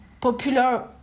popular